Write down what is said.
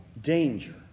danger